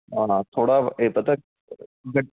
ਨਾ ਨਾ ਥੋੜ੍ਹਾ ਇਹ ਪਤਾ ਗੱਡ